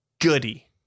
Goody